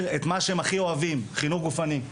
את מה שהם אוהבים הכי הרבה חינוך גופני.